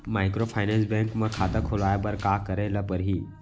Microfinance bank म खाता खोलवाय बर का करे ल परही?